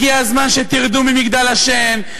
הגיע הזמן שתרדו ממגדל השן,